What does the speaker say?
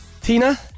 Tina